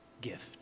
gift